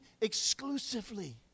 exclusively